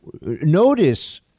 notice